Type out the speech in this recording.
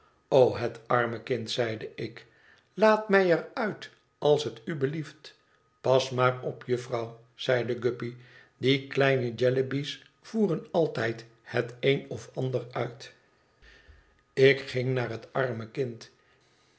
het arme kind zeide ik laat mij er uit als het u belieft pas maar op jufvrouw zeide guppy die kleine jellyby's voeren altijd het een of ander uit ik ging naar het arme kind